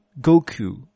Goku